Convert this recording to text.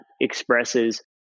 expresses